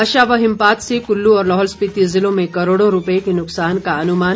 वर्षा व हिमपात से कुल्लू और लाहौल स्पिति ज़िलों में करोड़ों रूपये के नुकसान का अनुमान